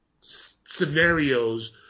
scenarios